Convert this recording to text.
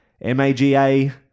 MAGA